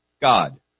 God